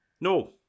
No